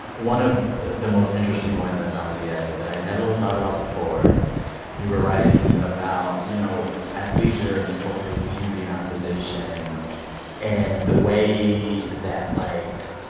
one of the most interesting points i found in the essay that i had never really thought about before you were writing about, you know, athleisure and this culture of beauty and optimization and the way that, like,